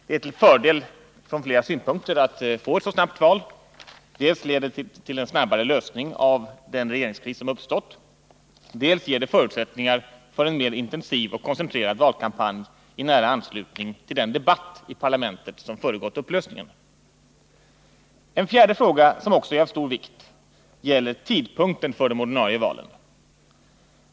Det är till fördel från flera synpunkter att få ett så snabbt val: dels leder det till en snabbare lösning av den regeringskris som uppstått, dels ger det förutsättningar för en mer intensiv och koncentrerad valkampanj i nära anslutning till den debatt i parlamentet som föregått upplösningen. En fjärde fråga som också är av stor vikt gäller tidpunkten för de ordinarie valen.